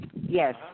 Yes